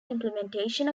implementation